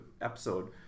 episode